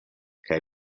kaj